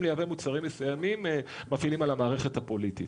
לייבא מוצרים מסוימים מפעילים על המערכת הפוליטית.